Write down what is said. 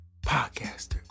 podcaster